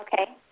okay